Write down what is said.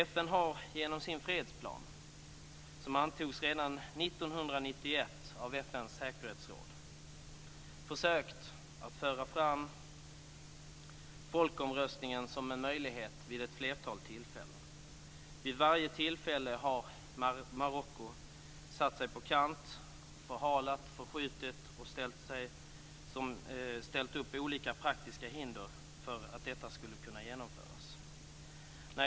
FN har genom sin fredsplan, som antogs redan 1991 av FN:s säkerhetsråd, försökt att föra fram folkomröstningen som en möjlighet vid ett flertal tillfällen. Vid varje tillfälle har Marocko satt sig på kant och förhalat, förskjutit och ställt upp olika praktiska hinder för att detta skulle kunna genomföras.